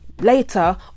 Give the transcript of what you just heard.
later